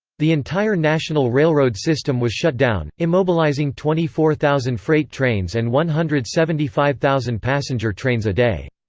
the entire national railroad system was shut down, immobilizing twenty four thousand freight trains and one hundred and seventy five thousand passenger trains a day.